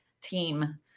team